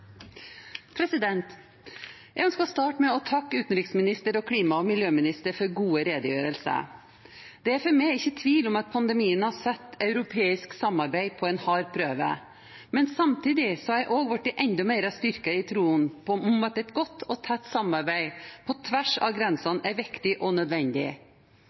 Jeg ønsker å starte med å takke utenriksministeren og klima- og miljøministeren for gode redegjørelser. Det er for meg ikke tvil om at pandemien har satt europeisk samarbeid på en hard prøve, men samtidig har jeg også blitt enda mer styrket i troen på at et godt og tett samarbeid på tvers av grensene er viktig og nødvendig.